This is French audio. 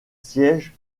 siègent